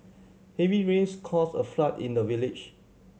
heavy rains caused a flood in the village